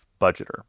budgeter